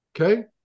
Okay